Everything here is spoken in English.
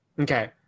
Okay